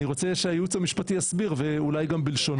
אני רוצה שהייעוץ המשפטי יסביר ואולי גם בלשונו.